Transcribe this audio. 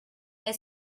est